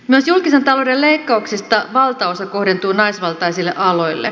myös julkisen talouden leikkauksista valtaosa kohdentuu naisvaltaisille aloille